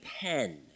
pen